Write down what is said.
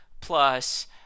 plus